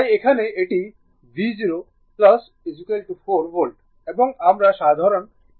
তাই এখানে এটি v0 4 ভোল্ট এবং আমরা সাধারণত এটাও জানি v L গুণ didt